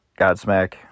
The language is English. Godsmack